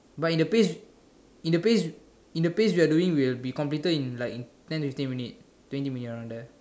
but in the pace in the pace in the pace we're doing we'll be completed in like in ten fifteen minute twenty minute around there